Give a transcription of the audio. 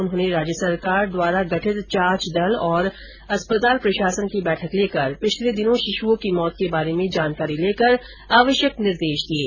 उन्होंने राज्य सरकार द्वारा गठित जांच दल और अस्पताल प्रशासन की बैठक लेकर पिछले दिनों शिशुओं की मौत के बारे में जानकारी लेकर आवश्यक निर्देश दिये